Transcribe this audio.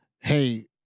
hey